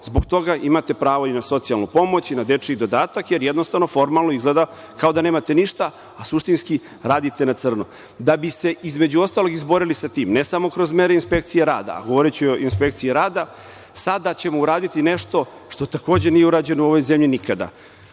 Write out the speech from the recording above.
zbog toga imate pravo i na socijalnu pomoć i dečiji dodatak jer jednostavno formalno izgleda kao da nemate ništa, a suštinski radite na crno. Da bi se između ostalog izborili sa tim, ne samo kroz mere inspekcije rada, govoriću i o inspekciji rada, sada ćemo uraditi nešto što takođe nije urađeno u ovoj zemlji nikada.